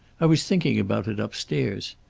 i was thinking about it upstairs.